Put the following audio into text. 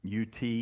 UT